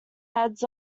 heads